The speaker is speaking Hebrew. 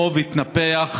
החוב התנפח